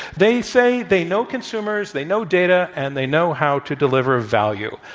they say they know consumers, they know data, and they know how to deliver value.